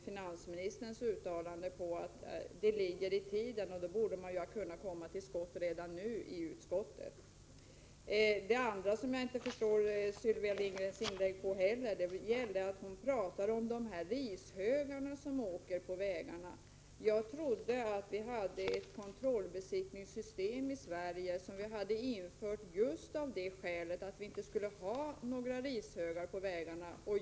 Finansministerns uttalanden antyder tvärtom att frågan ligger i tiden, och då borde man ha kunnat komma till skott redan nu i utskottet. Sedan förstod jag inte heller vad Sylvia Lindgren menade när hon pratade om de rishögar som åker på vägarna. Jag trodde att vi här i Sverige hade ett kontrollbesiktningssystem, som vi infört just för att vi inte vill ha några rishögar på vägarna.